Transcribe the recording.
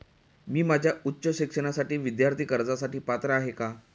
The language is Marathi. मी माझ्या उच्च शिक्षणासाठी विद्यार्थी कर्जासाठी पात्र आहे का?